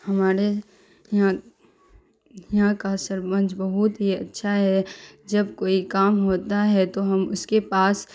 ہمارے ہیاں یہاں کا سربنچ بہت ہی اچھا ہے جب کوئی کام ہوتا ہے تو ہم اس کے پاس